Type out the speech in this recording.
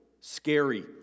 scary